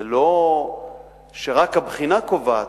זה לא שרק הבחינה קובעת.